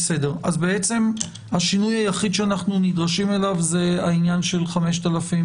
אז בעצם השינוי היחיד שאנחנו נדרשים אליו זה העניין של 5,000,